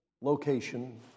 location